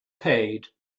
paid